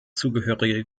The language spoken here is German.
zugehörige